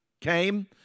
came